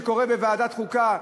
שקורה בוועדת חוקה,